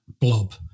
blob